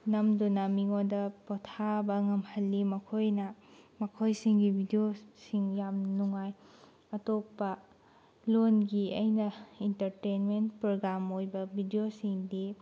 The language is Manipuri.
ꯅꯝꯗꯨꯅ ꯃꯤꯉꯣꯟꯗ ꯄꯣꯊꯥꯕ ꯉꯝꯍꯜꯂꯤ ꯃꯈꯣꯏꯅ ꯃꯈꯣꯏꯁꯤꯡꯒꯤ ꯕꯤꯗꯤꯑꯣꯁꯤꯡ ꯌꯥꯝ ꯅꯨꯡꯉꯥꯏ ꯑꯇꯣꯞꯄ ꯂꯣꯟꯒꯤ ꯑꯩꯅ ꯏꯟꯇꯔꯇꯦꯟꯃꯦꯟ ꯄ꯭ꯔꯣꯒ꯭ꯔꯥꯝ ꯑꯣꯏꯕ ꯕꯤꯗꯤꯑꯣꯁꯤꯡꯗꯤ